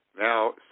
Now